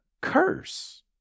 curse